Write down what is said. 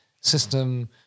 system